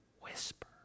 whisper